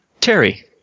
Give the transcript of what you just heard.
Terry